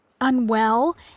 unwell